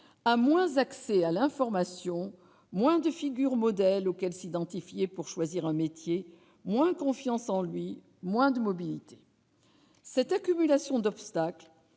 à moins accès à l'information, moins de figures modèle auquel s'identifier pour choisir un métier moins confiance en lui, moins de mobilité, cette accumulation d'obstacles